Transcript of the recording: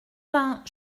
vingt